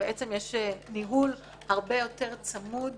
שיש ניהול הרבה יותר צמוד